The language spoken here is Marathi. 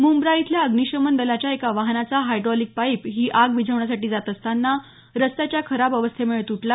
मुंब्रा इथल्या अग्नीशमन दलाच्या एका वाहनाचा हायड्रॉलिक पाईप ही आग विझवण्यासाठी जात असताना रस्त्याच्या खराब अवस्थेमुळे तुटला